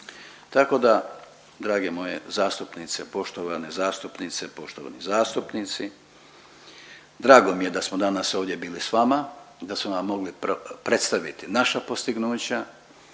Tako da drage moje zastupnice, poštovane zastupnice, poštovani zastupnici drago mi je da smo danas ovdje bili sa vama, da smo vam mogli predstaviti naša postignuća,